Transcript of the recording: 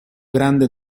grande